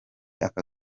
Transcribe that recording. aka